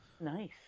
Nice